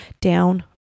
down